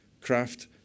craft